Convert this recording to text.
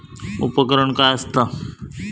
उपकरण काय असता?